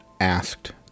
asked